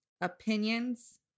Opinions